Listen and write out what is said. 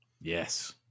yes